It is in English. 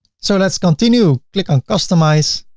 so let's continue. click on customize.